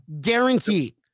Guaranteed